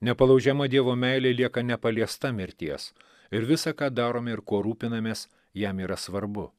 nepalaužiama dievo meilė lieka nepaliesta mirties ir visa ką darome ir kuo rūpinamės jam yra svarbu